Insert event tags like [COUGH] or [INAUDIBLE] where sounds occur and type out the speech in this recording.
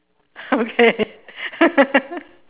okay [LAUGHS]